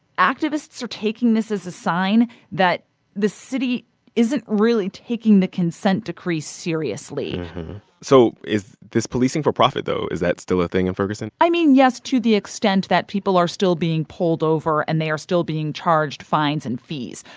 activists are taking this as a sign that the city isn't really taking the consent decree seriously so is this policing for profit though, is that still a thing in ferguson? i mean, yes, to the extent that people are still being pulled over and they are still being charged fines and fees.